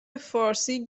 فارسی